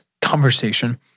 conversation